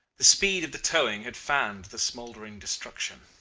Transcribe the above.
the speed of the towing had fanned the smoldering destruction.